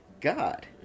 God